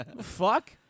Fuck